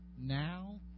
now